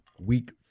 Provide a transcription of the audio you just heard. week